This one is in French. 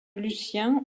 lucien